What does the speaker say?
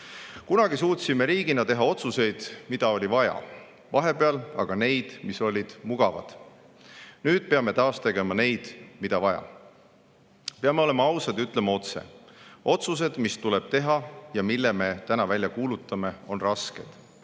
Kunagi suutsime riigina teha otsuseid, mida oli vaja [teha], vahepeal [tegime] aga neid, mis olid mugavad. Nüüd peame taas tegema neid, mida vaja. Peame olema ausad ja ütlema otse: otsused, mis tuleb teha ja mille me täna välja kuulutame, on rasked.